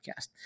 Podcast